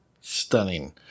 stunning